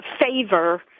favor